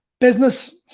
business